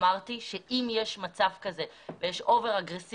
אמרתי שאם יש מצב כזה ויש אגרסיביות